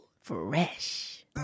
Fresh